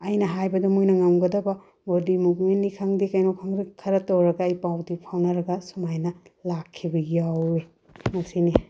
ꯑꯩꯅ ꯍꯥꯏꯕꯗ ꯃꯣꯏꯅ ꯉꯝꯒꯗꯕ ꯕꯣꯗꯤ ꯃꯨꯞꯃꯦꯟꯅꯤ ꯈꯪꯗꯦ ꯀꯩꯅꯣ ꯈꯪꯗꯕ ꯈꯔ ꯇꯧꯔꯒ ꯑꯩ ꯄꯥꯎꯗꯤ ꯐꯥꯎꯅꯔꯒ ꯁꯨꯃꯥꯏꯅ ꯂꯥꯛꯈꯤꯕ ꯌꯥꯎꯏ ꯃꯁꯤꯅꯤ